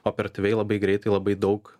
operatyviai labai greitai labai daug